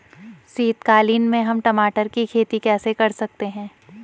शीतकालीन में हम टमाटर की खेती कैसे कर सकते हैं?